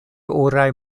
oraj